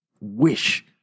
wish